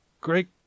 Great